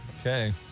Okay